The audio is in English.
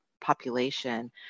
population